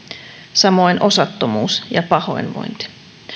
samoin osattomuus ja pahoinvointi